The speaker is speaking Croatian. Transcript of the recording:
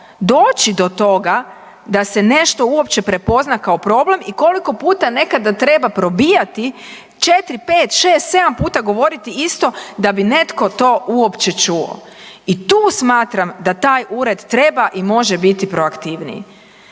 doći do toga da se nešto uopće prepozna kao problem i koliko puta nekada treba probijati četiri, pet, šest, sedam puta govoriti isto da bi netko to uopće čuo. I tu smatram da taj ured treba i može biti proaktivniji.